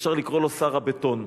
אפשר לקרוא לו שר הבטון.